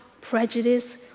prejudice